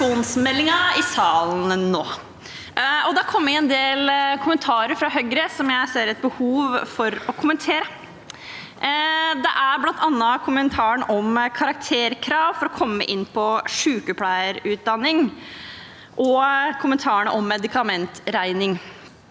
Det er bl.a. kommentaren om karakterkrav for å komme inn på sykepleierutdanning og kommentaren om medikamentregning.